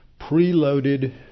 preloaded